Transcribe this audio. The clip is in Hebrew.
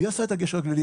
מי עשה את גשר הגלילים?